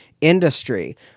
industry